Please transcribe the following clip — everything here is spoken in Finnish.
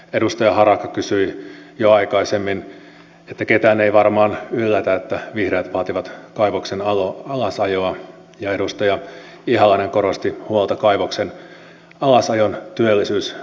edustaja harakka sanoi jo aikaisemmin että ketään ei varmaan yllätä että vihreät vaativat kaivoksen alasajoa ja edustaja ihalainen korosti huolta kaivoksen alasajon työllisyysvaikutuksista